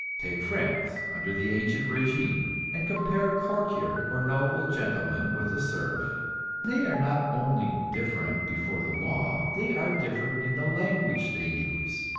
take france, under the ancient regime, and compare a courtier or noble gentleman with a serf they are not only different before the law, they are different in the language they use,